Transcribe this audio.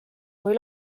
kui